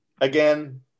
Again